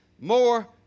more